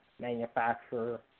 manufacturer